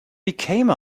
became